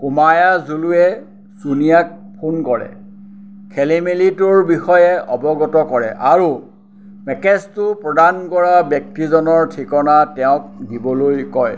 কোমায়াজুলুৱে ছোনিয়াক ফোন কৰে খেলি মেলিটোৰ বিষয়ে অৱগত কৰে আৰু পেকেজটো প্ৰদান কৰা ব্যক্তিজনৰ ঠিকনা তেওঁক দিবলৈ কয়